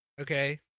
okay